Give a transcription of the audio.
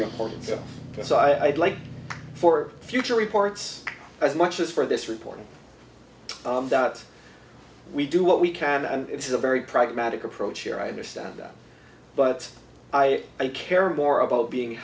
importance of this i'd like for future reports as much as for this report that we do what we can and it's a very pragmatic approach here i understand that but i i care more about being